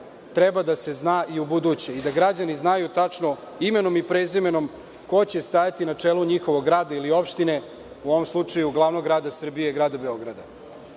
treba da se zna i ubuduće i da građani znaju tačno, imenom i prezimenom, ko će stajati na čelu njihovog grada ili opštine, u ovom slučaju glavnog grada Srbije, Grada Beograda. Bilo